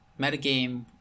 metagame